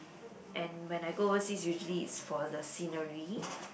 and when I go overseas usually is for the scenery